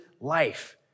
life